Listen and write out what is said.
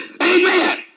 Amen